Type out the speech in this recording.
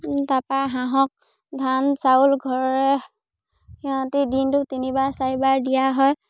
তাপা হাঁহক ধান চাউল ঘৰৰে সিহঁতি দিনটো তিনিবাৰ চাৰিবাৰ দিয়া হয়